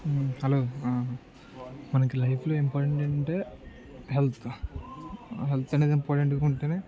hello మనకు లైఫ్లో important ఏంటంటే హెల్త్ హెల్త్ అనేది ఇంపార్టెంట్గా ఉంటే